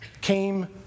came